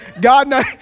God